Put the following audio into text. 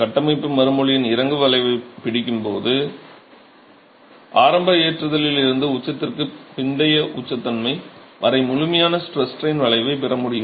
கட்டமைப்பு மறுமொழியின் இறங்கு வளைவைப் பிடிக்கும்போது ஆரம்ப ஏற்றுதலில் இருந்து உச்சத்திற்கு பிந்தைய உச்ச தன்மை வரை முழுமையான ஸ்ட்ரெஸ் ஸ்ட்ரைன் வளைவைப் பெற முடியும்